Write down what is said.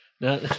Now